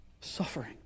suffering